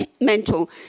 mental